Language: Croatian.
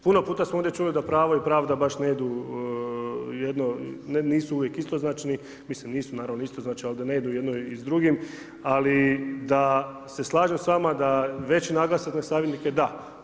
Puno puta smo ovdje čuli da pravo i pravda baš nisu uvijek istoznačni, mislim nisu naravno istoznačni ali da ne ide u jedno s drugim ali da se slažem s vama da veći naglasak na savjetnike, da.